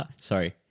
Sorry